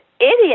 idiot